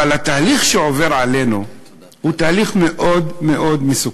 אבל התהליך שעובר עלינו הוא תהליך מאוד מאוד מסוכן.